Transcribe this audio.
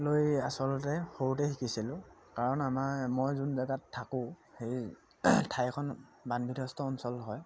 লৈ আচলতে সৰুতে শিকিছিলোঁ কাৰণ আমাৰ মই যোন জেগাত থাকোঁ সেই ঠাইখন বান বিধ্বস্ত অঞ্চল হয়